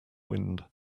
wind